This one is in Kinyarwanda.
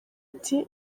ati